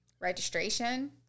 registration